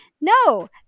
no